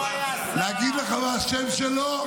להגיד לך מה השם שלו?